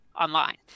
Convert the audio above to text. online